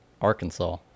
Arkansas